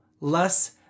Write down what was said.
less